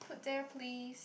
put there please